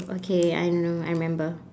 okay I know I remember